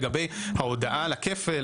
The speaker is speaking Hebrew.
לגבי ההודעה על הכפל,